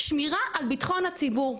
שמירה על ביטחון הציבור.